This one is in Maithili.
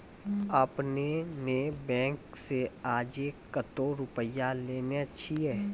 आपने ने बैंक से आजे कतो रुपिया लेने छियि?